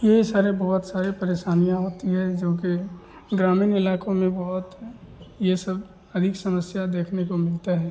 यही सारे बहुत सारी परेशानियाँ होती है जोकि ग्रामीण इलाक़ों में बहुत है ये सब अधिक समस्या देखने को मिलते हैं